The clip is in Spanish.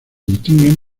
distinguen